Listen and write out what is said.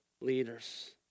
leaders